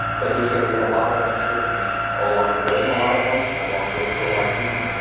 but there's going to be a lot of uncertainty along the way and a lot of hardship along the way for a lot of people